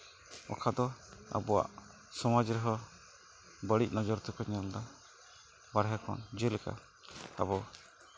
ᱚᱠᱟ ᱫᱚ ᱟᱵᱚᱣᱟᱜ ᱥᱚᱢᱟᱡᱽ ᱨᱮᱦᱚᱸ ᱵᱟᱹᱲᱤᱡ ᱱᱚᱡᱚᱨ ᱛᱮᱠᱚ ᱧᱮᱞᱫᱟ ᱵᱟᱦᱚᱨᱮ ᱠᱷᱚᱱ ᱡᱮᱞᱮᱠᱟ ᱟᱵᱚ